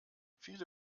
viele